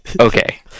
okay